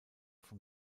vom